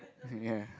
ya